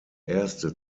erste